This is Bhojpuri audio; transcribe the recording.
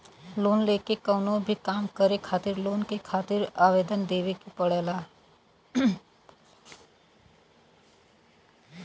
लोन लेके कउनो भी काम करे खातिर लोन के खातिर आवेदन देवे के पड़ला